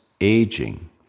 aging